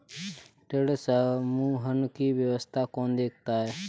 ऋण समूहन की व्यवस्था कौन देखता है?